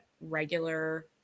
regular